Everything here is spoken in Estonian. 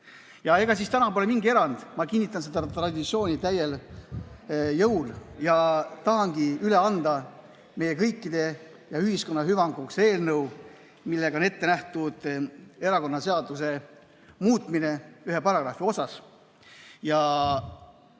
Ega siis täna pole mingi erand. Ma kinnitan seda traditsiooni täiel jõul ja tahangi meie kõikide ja ühiskonna hüvanguks üle anda eelnõu, millega on ette nähtud erakonnaseaduse muutmine ühe paragrahvi osas.